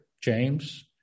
James